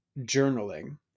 journaling